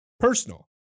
personal